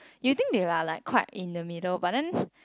you think they are quite in the middle but then